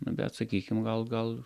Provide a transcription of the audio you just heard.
bet sakykim gal gal